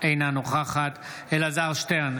אינה נוכחת אלעזר שטרן,